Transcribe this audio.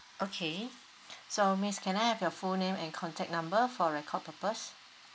okay so miss can I have your full name and contact number for record purpose